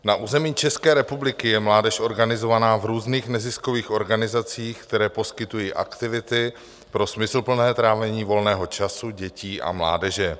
Na území České republiky je mládež organizovaná v různých neziskových organizacích, které poskytují aktivity pro smysluplné trávení volného času dětí a mládeže.